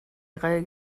grell